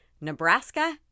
nebraska